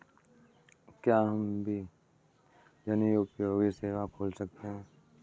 क्या हम भी जनोपयोगी सेवा खोल सकते हैं?